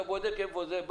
כשאתה בודק איפה זה,